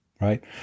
right